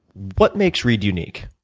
what makes reid unique?